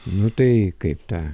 nu tai kaip tą